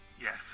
yes